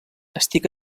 estic